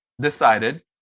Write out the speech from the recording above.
decided